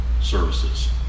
services